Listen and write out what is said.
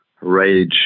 rage